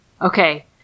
Okay